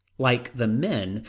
like the men,